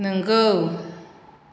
नोंगौ